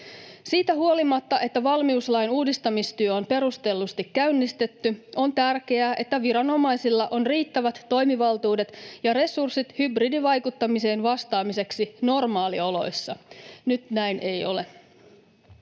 Siitä huolimatta, että valmiuslain uudistamistyö on perustellusti käynnistetty, on tärkeää, että viranomaisilla on riittävät toimivaltuudet ja resurssit hybridivaikuttamiseen vastaamiseksi normaalioloissa. Nyt näin ei ole.